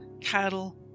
cattle